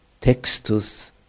Textus